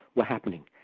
were happening,